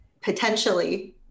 potentially